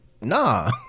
nah